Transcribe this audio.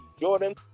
Jordan